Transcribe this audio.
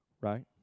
right